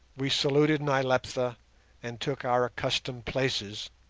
we saluted nyleptha and took our accustomed places,